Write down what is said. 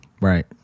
right